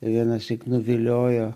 vienąsyk nuviliojo